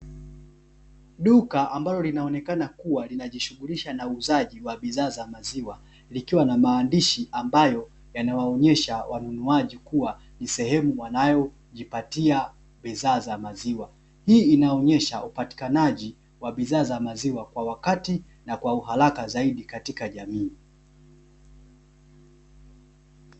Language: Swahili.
Duka ambalo linaonekana kuwa linajishughulisha na uuzaji wa bidhaa za maziwa, likiwa na maandishi ambayo yanawaonyesha wanunuaji kuwa ni sehemu wanayo jipatia bidhaa za maziwa. Hii inaonyesha upatikanaji wa bidhaa za maziwa kwa wakati na kwa uharaka zaidi katika jamii.